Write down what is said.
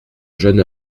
jeune